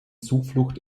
zuflucht